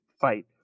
fight